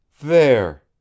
There